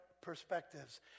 perspectives